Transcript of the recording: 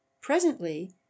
presently